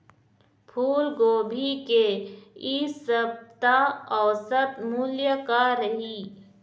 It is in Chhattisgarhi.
फूलगोभी के इ सप्ता औसत मूल्य का रही?